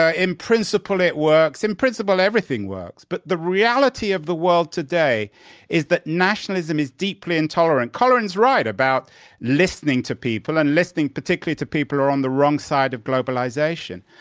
ah in principle, it works. in principle, everything works. but the reality of the world today is that nationalism is deeply intolerant. colin's right about listening to people and listening, particularly to people who are on the wrong side of globalization.